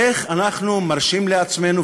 איך אנחנו מרשים לעצמנו,